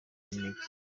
n’intege